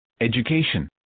education